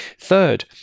Third